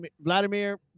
Vladimir